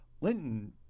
Linton